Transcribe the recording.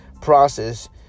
process